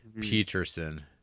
Peterson